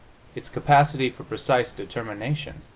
its capacity for precise determination,